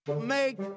Make